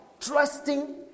trusting